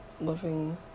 living